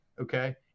okay